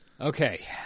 Okay